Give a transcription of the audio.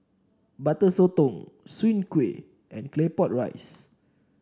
Butter Sotong Soon Kuih and Claypot Rice